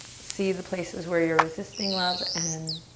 see the places where you're resisting love and